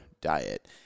diet